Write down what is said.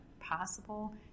possible